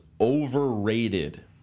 overrated